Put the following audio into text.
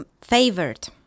favored